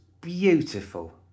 beautiful